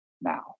now